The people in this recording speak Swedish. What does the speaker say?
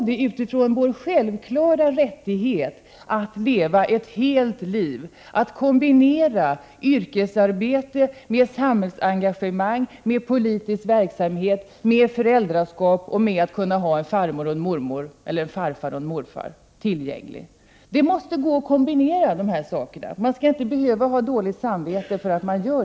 Det är vår självklara rättighet att leva ett helt liv, att kunna kombinera yrkesarbete med samhällsengagemang, politisk verksamhet, föräldraskap och detta att ha en farmor, mormor, farfar eller morfar. Man måste kunna kombinera detta utan att ha dåligt samvete.